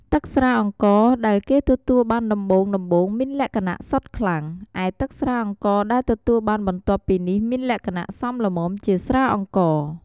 ទឹកស្រាអង្ករដែលគេទទួលបានដំបូងៗមានលក្ខណៈសុទ្ធខ្លាំង ឯទឹកស្រាអង្ករដែលទទួលបានបន្ទាប់ពីនេះមានលក្ខណៈសមល្មមជាស្រាអង្ករ។